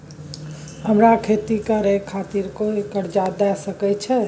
हमरा खेती करे खातिर कोय कर्जा द सकय छै?